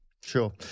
Sure